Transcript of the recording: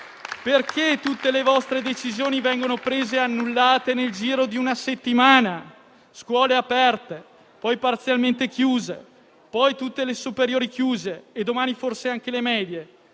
Perché tutte le vostre decisioni vengono prese e annullate nel giro di una settimana? Scuole aperte e poi parzialmente chiuse; poi tutte le superiori chiuse e domani forse anche le medie.